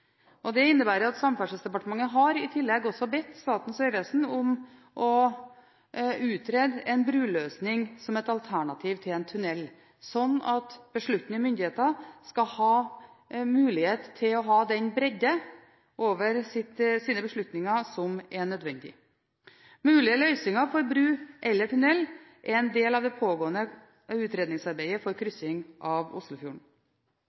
Oslofjorden. Det innebærer at Samferdselsdepartementet i tillegg har bedt Statens vegvesen om å utrede en bruløsning som et alternativ til en tunnel, slik at besluttende myndigheter skal ha mulighet til å ha den nødvendige bredde for sine beslutninger. Mulige løsninger for bru eller tunnel er en del av det pågående utredningsarbeidet med kryssing av Oslofjorden.